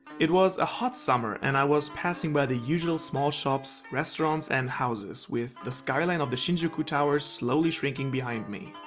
it was a hot summer and i was passing by the usual small shops, restaurants and houses, with the skyline of the shinjuku towers slowly shrinking behind me.